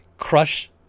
Crush